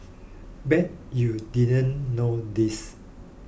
bet you didn't know this